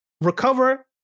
recover